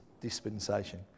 dispensation